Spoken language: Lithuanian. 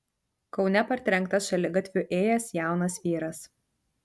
kaune partrenktas šaligatviu ėjęs jaunas vyras